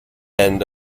end